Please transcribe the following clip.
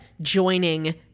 joining